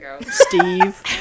Steve